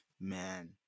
Man